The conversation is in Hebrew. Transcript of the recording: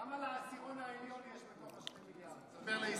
כמה לעשירון העליון יש בתוך, תספר לאזרחי ישראל.